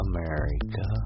America